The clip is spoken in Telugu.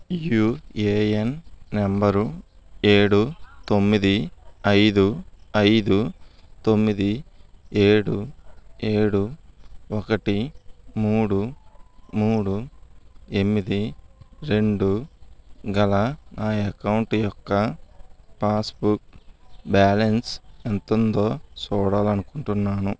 యూఏఎన్ నంబరు ఏడు తొమ్మిది ఐదు ఐదు తొమ్మిది ఏడు ఏడు ఒకటి మూడు మూడు ఎనిమిది రెండు గల నా అకౌంటు యొక్క పాస్ బుక్ బ్యాలెన్స్ ఎంత ఉందో చూడాలనుకుంటున్నాను